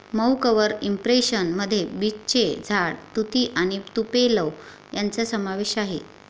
मऊ cover impression मध्ये बीचचे झाड, तुती आणि तुपेलो यांचा समावेश आहे